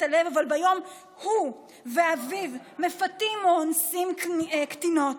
הלב אבל ביום הוא ואביו מפתים או אונסים קטינות.